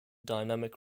dynamic